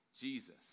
Jesus